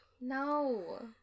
No